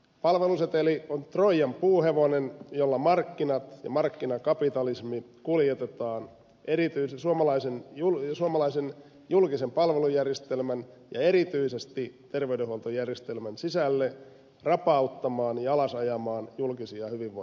palveluseteli on troijan puuhevonen jolla markkinat ja markkinakapitalismi kuljetetaan suomalaisen julkisen palvelujärjestelmän ja erityisesti terveydenhuoltojärjestelmän sisälle rapauttamaan ja alas ajamaan julkisia hyvinvointipalveluja